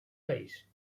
país